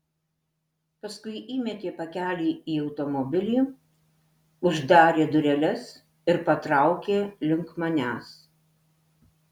paskui įmetė pakelį į automobilį uždarė dureles ir patraukė link manęs